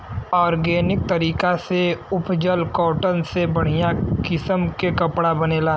organic तरीका से उपजल कॉटन से बढ़िया किसम के कपड़ा बनेला